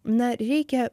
na reikia